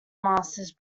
masters